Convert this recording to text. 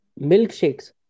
Milkshakes